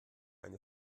eine